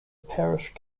parish